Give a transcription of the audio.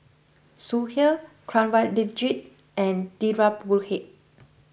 Sudhir Kanwaljit and Dhirubhai